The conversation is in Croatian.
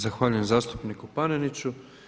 Zahvaljujem zastupniku Paneniću.